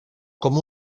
com